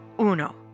uno